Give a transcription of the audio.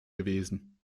gewesen